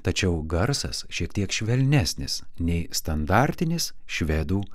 tačiau garsas šiek tiek švelnesnis nei standartinis švedų